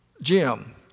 Jim